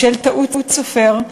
בשל טעות סופר,